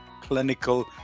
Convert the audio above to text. clinical